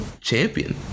Champion